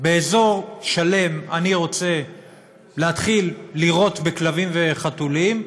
באזור שלם אני רוצה להתחיל לירות בכלבים וחתולים,